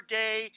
day